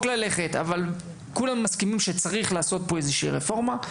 אבל כן קיימת הסכמה שיש צורך באיזו שהיא רפורמה.